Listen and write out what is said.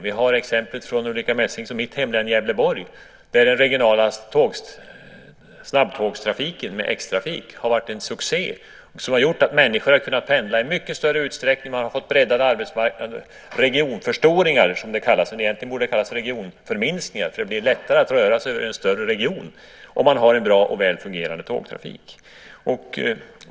Vi har exemplet från Ulrica Messings och mitt hemlän Gävleborg. Den regionala snabbtågstrafiken med X-Trafik har varit en succé, som har gjort att människor har kunnat pendla i mycket större utsträckning och att det har blivit en breddad arbetsmarknad. Det har blivit regionförstoringar. Egentligen borde det kallas regionförminskningar eftersom det blir lättare att röra sig över en större region med en bra och väl fungerande tågtrafik.